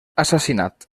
assassinat